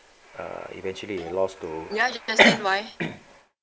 err eventually lost to